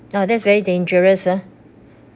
ah that is very dangerous ah